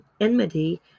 enmity